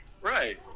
Right